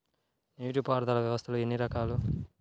నీటిపారుదల వ్యవస్థలు ఎన్ని రకాలు?